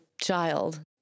child